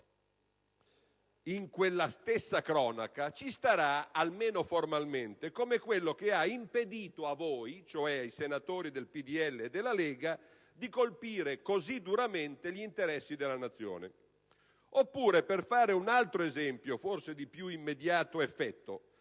in quella stessa cronaca, ci starà almeno formalmente come quello che ha impedito a voi, cioè ai senatori del PdL e della Lega, di colpire così duramente gli interessi della Nazione. Oppure, per fare un altro esempio, forse di più immediato effetto,